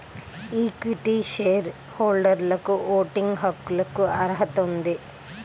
equity share హోల్డర్లకుఓటింగ్ హక్కులకుఅర్హత ఉంది